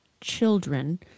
children